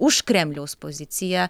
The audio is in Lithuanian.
už kremliaus poziciją